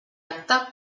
acte